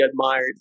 admired